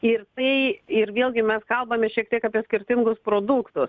ir tai ir vėlgi mes kalbame šiek tiek apie skirtingus produktus